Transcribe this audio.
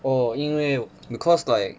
oh 因为 because like